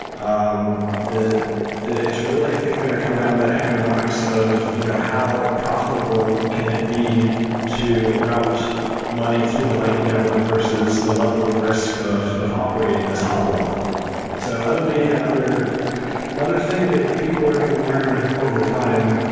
um it's really, i think going to come down to the economics of you know how profitable can it be to route money through the lightning network versus the level of risk of of operating this hot wallet so that'll be another another thing that you know people are going to learn over time.